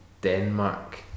Denmark